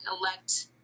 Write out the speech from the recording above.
elect